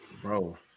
Bro